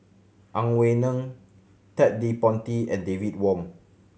Ang Wei Neng Ted De Ponti and David Wong